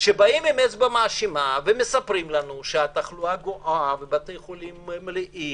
שמפנים אצבע מאשימה ומספרים לנו שהתחלואה גואה ובתי החולים מלאים